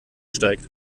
steigt